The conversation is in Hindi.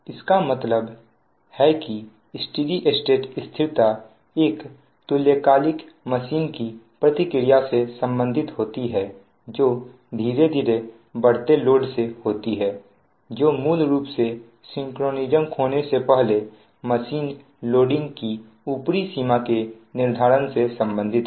इसका मतलब है कि स्टेडी स्टेट स्थिरता एक तुल्यकालिक मशीन की प्रतिक्रिया से संबंधित होती है जो धीरे धीरे बढ़ते लोड से होती है जो मूल रूप से सिंक्रोनिज़्म खोने से पहले मशीन लोडिंग की ऊपरी सीमा के निर्धारण से संबंधित है